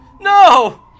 No